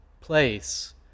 place